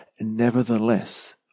Nevertheless